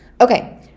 Okay